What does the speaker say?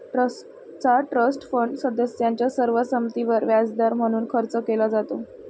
ट्रस्टचा trust fund सदस्यांच्या सर्व संमतीवर व्याजदर म्हणून खर्च केला जातो